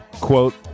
Quote